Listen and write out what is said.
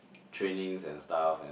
trainings and stuff and